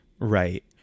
Right